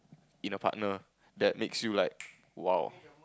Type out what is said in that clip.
in a partner that makes you like !wow!